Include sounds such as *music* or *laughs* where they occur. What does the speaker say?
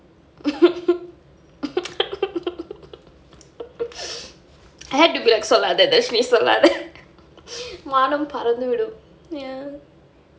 *laughs* சொல்லாத தயவு செஞ்சு சொல்லாத மானம் பறந்துடும்:sollaatha thayavu senju sollaatha maanam paranthudum ya